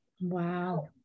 Wow